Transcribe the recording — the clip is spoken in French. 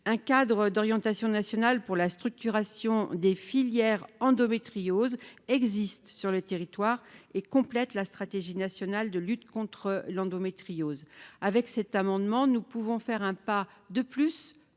cadre d'orientation nationale pour la structuration des filières endométriose existe sur le territoire et complète la stratégie nationale de lutte contre l'endométriose avec cet amendement, nous pouvons faire un pas de plus vers